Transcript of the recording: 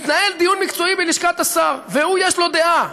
מתנהל דיון מקצועי בלשכת השר, והוא יש לו דעה.